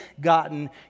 gotten